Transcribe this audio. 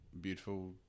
beautiful